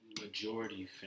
majority